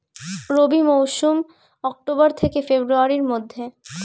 রবি মৌসুম অক্টোবর থেকে ফেব্রুয়ারির মধ্যে